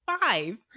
five